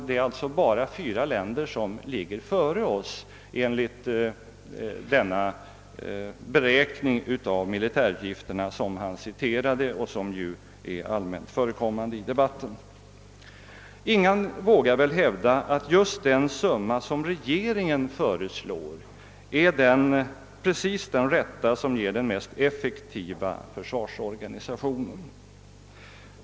Det är alltså bara fyra länder som ligger före oss enligt den beräkning av militärutgifterna som han citerade och som ju är allmänt förekommande i debatten. Ingen vågar väl hävda att just den summa som regeringen föreslår är precis den rätta som ger den mest effektiva försvarsorganisationen.